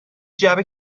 جعبه